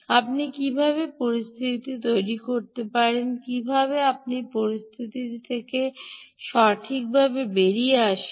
আপনি কীভাবে পরিস্থিতিটি তৈরি করেন কীভাবে আপনি পরিস্থিতিটি থেকে সঠিকভাবে বেরিয়ে আসেন